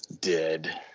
Dead